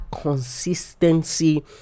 consistency